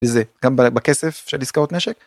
זה גם בכסף של עסקאות נשק.